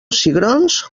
cigrons